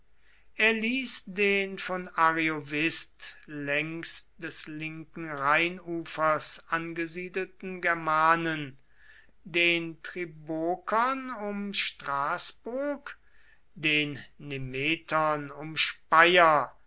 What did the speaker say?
er ließ den von ariovist längs des linken rheinufers angesiedelten germanen den tribokern um straßburg den nemetern um speyer